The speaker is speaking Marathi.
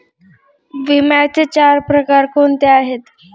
विम्याचे चार प्रकार कोणते आहेत?